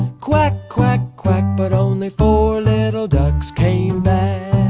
quack, quack, quack but only four little ducks came back